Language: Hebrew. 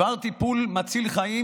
בדבר טיפול מציל חיים,